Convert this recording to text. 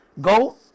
go